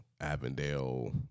Avondale